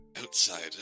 outside